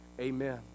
Amen